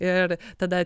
ir tada